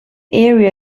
area